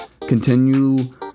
continue